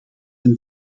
een